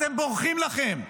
אתם בורחים לכם.